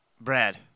Brad